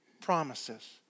promises